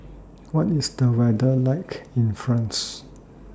What IS The weather like in France